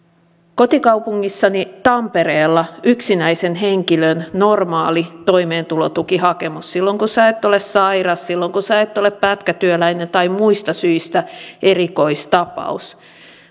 kotikaupungissani tampereella yksinäisen henkilön normaali toimeentulotukihakemus silloin kun et ole sairas silloin kun et ole pätkätyöläinen tai muista syistä erikoistapaus